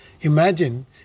Imagine